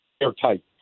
airtight